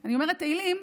אני אומרת תהילים,